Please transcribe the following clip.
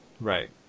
Right